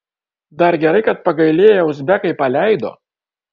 dar gerai kad pagailėję uzbekai paleido